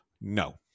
No